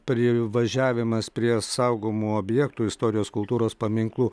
privažiavimas prie saugomų objektų istorijos kultūros paminklų